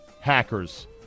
hackers